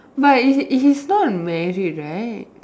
but he's he's not married right